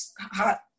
hot